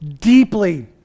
deeply